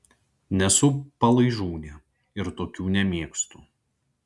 nesu palaižūnė ir tokių nemėgstu